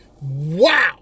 Wow